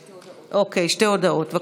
שתי הודעות למזכירת הכנסת.